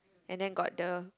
and then got the